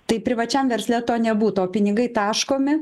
tai privačiam versle to nebūtų o pinigai taškomi